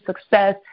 success